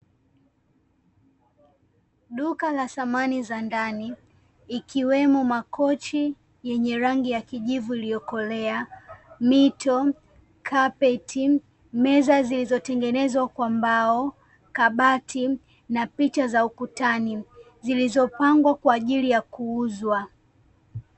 Duka la samani za ndani ikiwemo, makochi yenye rangi ya kijivu iliokolea, mito, kapeti, meza zilizotengenezwa kwa mbao, kabati na picha za ukutani, zilizopangwa kwa ajili ya kuuzwa.